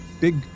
big